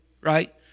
right